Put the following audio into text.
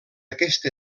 aquesta